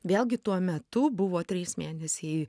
vėlgi tuo metu buvo trys mėnesiai